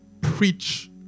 preach